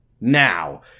now